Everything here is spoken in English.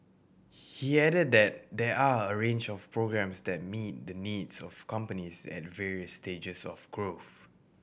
he added that there are a range of programmes that meet the needs of companies at various stages of growth